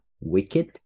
Wicked